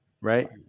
Right